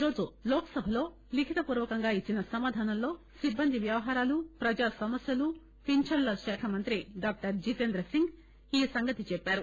ఈరోజు లోక్ సభలో లిఖితపూర్చకంగా ఇచ్చిన సమాధానంలో సిట్బంది వ్యవహారాలు ప్రజా సమస్యలు పెన్షన్ల శాఖ మంత్రి డాక్టర్ జితేంద్ర సింగ్ ఈ సంగతి చెప్పారు